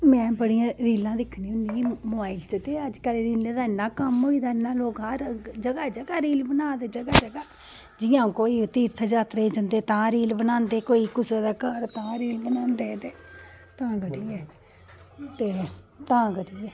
में बड़ियां रीलां दिक्खनी होन्नी मोबाईल च ते अजकल्ल रीलें दा इन्ना कम्म होई दा इन्ना लोग हर जगह जगह रील बना दे जगह जगह जि'यां कोई तीर्थ जात्तरा गी जंदे तां रील बनांदे कोई कुसै दे घर तां रील बनांदे ते तां करियै ते तां करियै